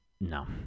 no